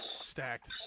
stacked